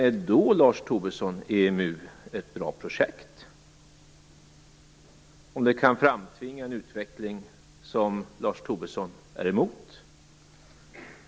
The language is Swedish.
Är då EMU ett bra projekt om det kan framtvinga en utveckling som Lars Tobisson är emot?